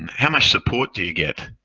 how much support do you get?